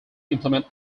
implement